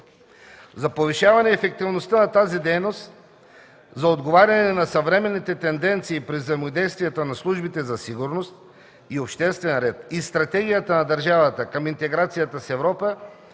За повишаване ефективността на тази дейност, за отговаряне на съвременните тенденции при взаимодействията на службите за сигурност и обществен ред и стратегията на държавата към интеграция с Европа